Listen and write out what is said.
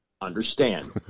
Understand